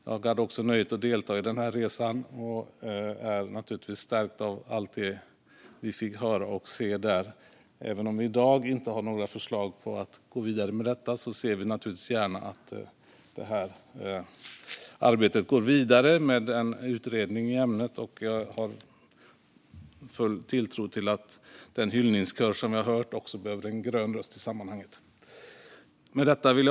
Jag hade också nöjet att delta i resan, och jag är stärkt av allt det vi fick höra och se där. Även om det i dag inte finns förslag på att gå vidare med frågan ser vi gärna att arbetet går vidare med en utredning i ämnet. Jag har full tilltro till att den hyllningskör jag har hört också behöver en grön röst i sammanhanget.